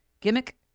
gimmick